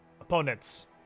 Opponents